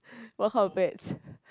what kind of pets